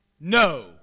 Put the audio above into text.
No